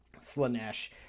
Slanesh